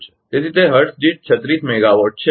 તેથી તે હર્ટ્ઝ દીઠ 36 મેગાવાટ છે